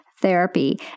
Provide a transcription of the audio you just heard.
therapy